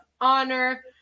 Honor